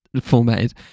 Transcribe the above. Formatted